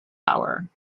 power